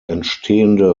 entstehende